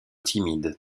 timide